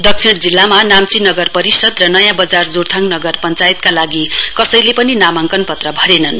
दक्षिण जिल्लामा नाम्ची नगर परिषद र नयाँ बजार जोरथाङ नगर पञ्चायतका लागि कसैले पनि नामाङ्कन पत्र भरेनन्